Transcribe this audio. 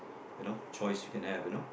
you know choice you can have you know